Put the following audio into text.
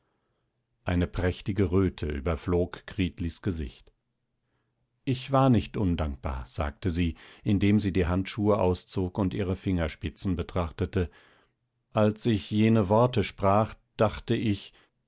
eine prächtige röte überflog gritlis gesicht ich war nicht undankbar sagte sie indem sie die handschuhe auszog und ihre fingerspitzen betrachtete als ich jene worte sprach dachte ich